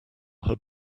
had